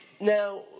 now